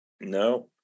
no